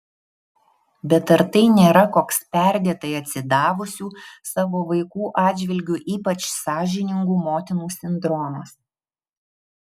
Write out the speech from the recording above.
bet ar tai nėra koks perdėtai atsidavusių savo vaikų atžvilgiu ypač sąžiningų motinų sindromas